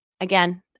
again